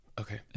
okay